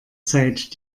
zeit